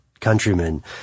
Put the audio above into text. Countrymen